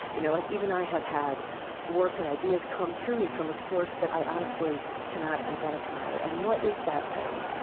you know, like even i have had work or ideas come through me from a source that i honestly cannot identify. and what is that thing?